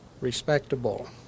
Respectable